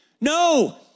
No